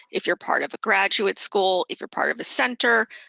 if you're part of a graduate school, if you're part of a center,